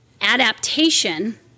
adaptation